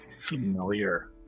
familiar